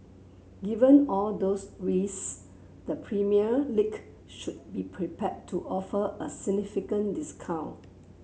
given all those risks the Premier League should be prepared to offer a significant discount